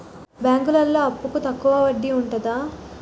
బ్యాంకులలో అప్పుకు తక్కువ వడ్డీ ఉంటదా?